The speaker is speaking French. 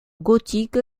gothique